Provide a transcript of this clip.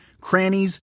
crannies